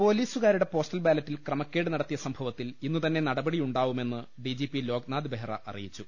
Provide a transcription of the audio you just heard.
പൊലീസുകാരുടെ പോസ്റ്റൽ ബാലറ്റിൽ ക്രമക്കേട് നടത്തിയ സംഭവത്തിൽ ഇന്നു തന്നെ നടപടിയുണ്ടാവു മെന്ന് ഡിജിപി ലോക്നാഥ് ബെഹ്റ അറിയിച്ചു